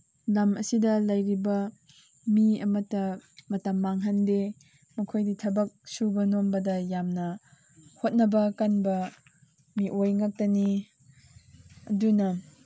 ꯂꯝ ꯑꯁꯤꯗ ꯂꯩꯔꯤꯕ ꯃꯤ ꯑꯃꯠꯇ ꯃꯇꯝ ꯃꯥꯡꯍꯟꯗꯦ ꯃꯈꯣꯏꯗꯤ ꯊꯕꯛ ꯁꯨꯕ ꯅꯣꯝꯕꯗ ꯌꯥꯝꯅ ꯍꯣꯠꯅꯕ ꯀꯟꯕ ꯃꯤꯑꯣꯏ ꯉꯥꯛꯇꯅꯤ ꯑꯗꯨꯅ